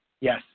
Yes